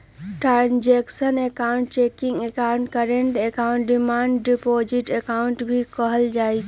transactional account checking account, current account, demand deposit account भी कहल जाहई